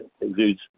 exudes